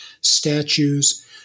statues